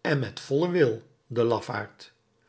en met vollen wil de lafaard